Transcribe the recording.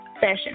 fashion